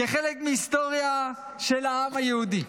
כחלק מההיסטוריה של העם היהודי.